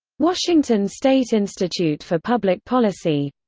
washington state institute for public policy